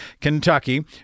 Kentucky